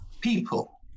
people